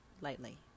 lightly